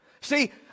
See